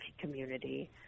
community